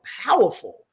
powerful